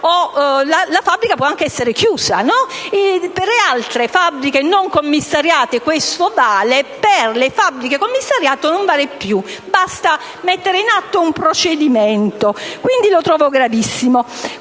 situazione, può anche essere chiusa. Per le fabbriche non commissariate questo vale, per quelle commissariate non vale più; basta mettere in atto un procedimento. Lo trovo gravissimo.